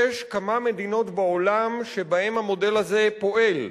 יש כמה מדינות בעולם שבהן המודל פועל: